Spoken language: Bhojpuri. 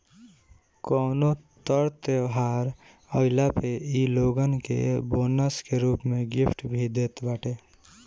कवनो तर त्यौहार आईला पे इ लोगन के बोनस के रूप में गिफ्ट भी देत बाटे